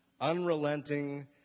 unrelenting